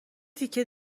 تیکه